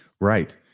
Right